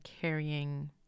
carrying